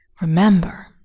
Remember